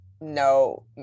no